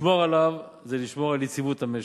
לשמור עליו זה לשמור על יציבות המשק.